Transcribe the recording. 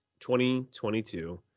2022